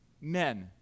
men